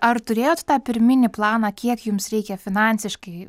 ar turėjot tą pirminį planą kiek jums reikia finansiškai